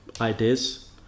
ideas